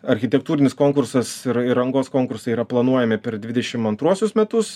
architektūrinis konkursas ir ir rangos konkursai yra planuojami per dvidešim antruosius metus